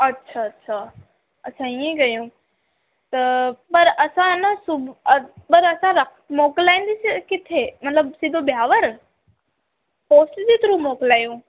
अच्छा अच्छा अच्छा इअं कयूं त पर असां अइन सुबुह पर असां रा मोकिलाईंदासीं किथे मतलबु सिधो ब्यावर पोस्ट जे थ्रू मोकिलायूं